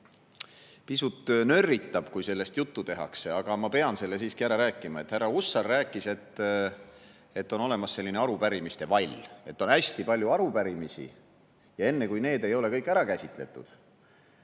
pisut nörritab, kui sellest juttu tehakse, aga ma pean selle siiski ära rääkima. Härra Hussar rääkis, et on olemas selline arupärimiste vall. On hästi palju arupärimisi ja enne, kui need ei ole kõik ära käsitletud,